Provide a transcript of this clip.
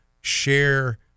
share